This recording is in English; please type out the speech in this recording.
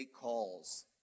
calls